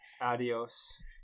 Adios